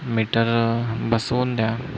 metre बसवून द्या